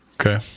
Okay